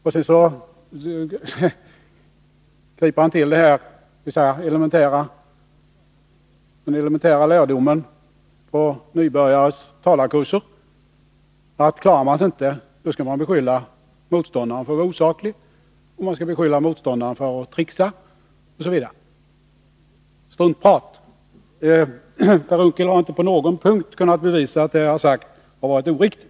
Och sedan griper han till den elementära metoden på nybörjares talarkurser att om man inte klarar sig skall man beskylla motståndaren för att vara osaklig, för att tricksa osv. Det är struntprat! Per Unckel har inte på någon punkt kunnat bevisa att det jag Nr 145 har sagt har varit oriktigt.